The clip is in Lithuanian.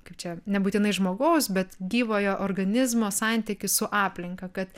kaip čia nebūtinai žmogaus bet gyvojo organizmo santykį su aplinka kad